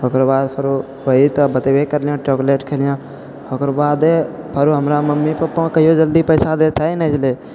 ओकरो बाद फेरो कही तऽ बतेबे केलिअ चॉकलेट खेलिए ओकर बादे फेरो हमरा मम्मी पपा कहिओ जल्दी पइसा दैते नहि रहै